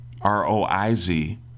R-O-I-Z